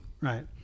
Right